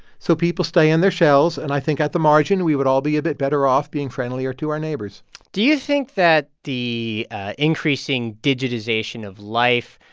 so people stay in their shells. and i think at the margin, we would all be a bit better off being friendlier to our neighbors do you think that the increasing digitization of life,